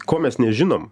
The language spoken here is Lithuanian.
ko mes nežinom